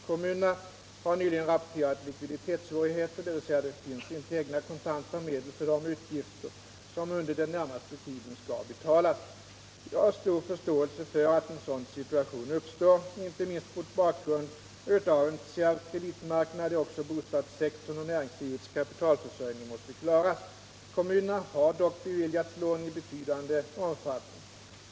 Kommunerna har nyligen rapporterat likviditetssvårigheter — dvs. det finns inte egna kontanta medel för de utgifter som under den närmaste tiden skall betalas. Jag har stor förståelse för att en sådan situation uppstår —- inte minst mot bakgrund av en kärv kreditmarknad, där också bostadssektorn och näringslivets kapitalförsörjning måste klaras. Kommunerna har dock beviljats lån i betydande omfattning.